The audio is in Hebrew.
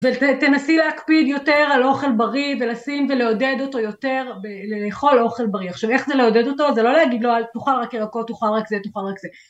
ותנסי להקפיד יותר על אוכל בריא ולשים ולעודד אותו יותר לאכול אוכל בריא. עכשיו איך זה לעודד אותו? זה לא להגיד לו תאכל רק ירקות, תאכל רק זה, תאכל רק זה.